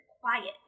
quiet